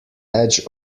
edge